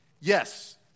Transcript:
yes